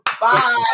Bye